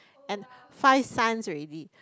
and five son already